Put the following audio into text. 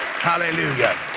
Hallelujah